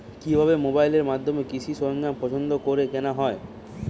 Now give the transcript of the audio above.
কিভাবে মোবাইলের মাধ্যমে কৃষি সরঞ্জাম পছন্দ করে কেনা হয়?